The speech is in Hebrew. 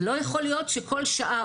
זה לא יכול להיות שכל שעה,